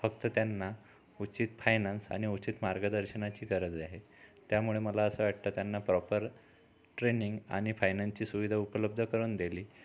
फक्त त्यांना उचित फायनान्स आणि उचित मार्गदर्शनाची गरज आहे त्यामुळे मला असं वाटतं त्यांना प्रॉपर ट्रेनिंग आनि फायनान्सची सुविधा उपलब्ध करून दिली